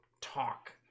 talk